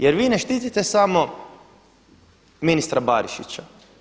Jer vi ne štitite samo ministra Barišića.